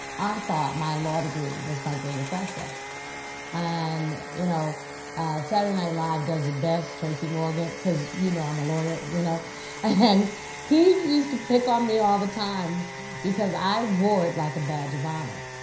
i thought my law degree was my greatest asset and you know saturday night live does it best, tracy morgan, cause you know i'm a lawyer you know and he used to pick on me all the time because i wore it like a badge of honor.